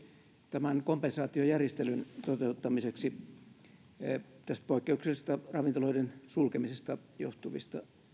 tämän kompensaatiojärjestelyn toteuttamiseksi joka liittyy poikkeuksellisesta ravintoloiden sulkemisesta johtuviin